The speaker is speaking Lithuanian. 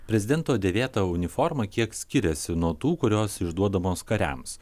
prezidento dėvėta uniforma kiek skiriasi nuo tų kurios išduodamos kariams